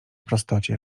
prostocie